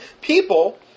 people